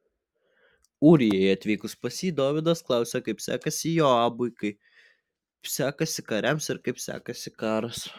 ūrijai atvykus pas jį dovydas klausė kaip sekasi joabui kaip sekasi kariams ir kaip sekasi karas